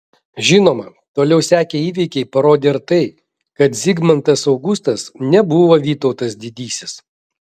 žinoma toliau sekę įvykiai parodė ir tai kad zigmantas augustas nebuvo vytautas didysis